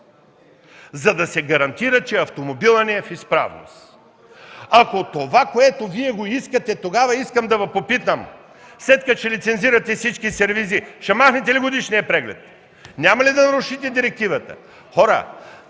За да се гарантира, че автомобилът ни е в изправност. Ако това, което Вие искате, искам да Ви попитам: след като ще лицензирате всички сервизи, ще махнете ли годишния преглед, няма ли да нарушите директивата?